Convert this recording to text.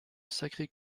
sacré